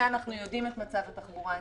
כשאנחנו מכירים את מצב התחבורה הציבורית.